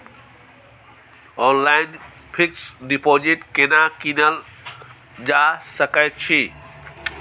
Online fix deposit केना कीनल जा सकै छी?